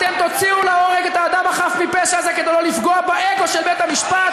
אתם תוציאו להורג את האדם החף מפשע הזה כדי לא לפגוע באגו של בית-המשפט,